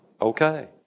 okay